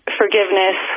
forgiveness